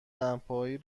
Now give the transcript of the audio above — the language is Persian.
دمپایی